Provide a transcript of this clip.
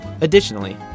Additionally